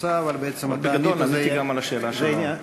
עניתי על השאלה שלו.